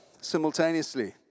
simultaneously